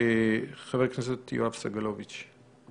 חבר הכנסת יואב סגלוביץ'.